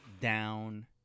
down